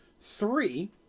three